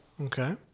Okay